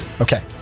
Okay